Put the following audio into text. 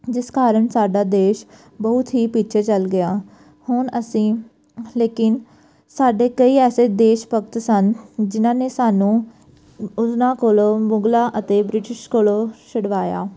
ਜਿਸ ਕਾਰਣ ਸਾਡਾ ਦੇਸ਼ ਬਹੁਤ ਹੀ ਪਿੱਛੇ ਚਲ ਗਿਆ ਹੁਣ ਅਸੀਂ ਲੇਕਿਨ ਸਾਡੇ ਕਈ ਐਸੇ ਦੇਸ਼ ਭਗਤ ਸਨ ਜਿਨ੍ਹਾਂ ਨੇ ਸਾਨੂੰ ਉਹਨਾਂ ਕੋਲੋਂ ਮੁਗਲਾਂ ਅਤੇ ਬ੍ਰਿਟਿਸ਼ ਕੋਲੋਂ ਛੁਡਵਾਇਆ